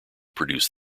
produce